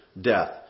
death